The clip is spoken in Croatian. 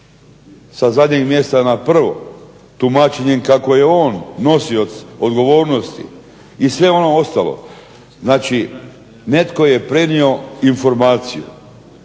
sa zadnjeg mjesta na prvo, tumačenjem kako je on nosioc odgovornosti, i sve ono ostalo, znači netko je prenio informaciju,